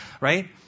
right